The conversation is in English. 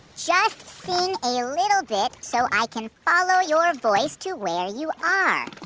just sing a little bit, so i can follow your voice to where you ah